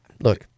look